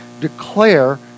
Declare